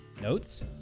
Notes